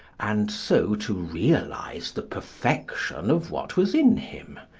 and so to realise the perfection of what was in him,